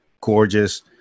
Gorgeous